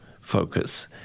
focus